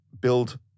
build